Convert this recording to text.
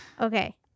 Okay